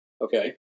Okay